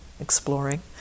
exploring